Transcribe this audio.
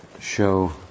show